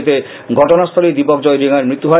এতে ঘটনাস্থলেই দীপক জয় রিয়াং এর মৃত্যু হয়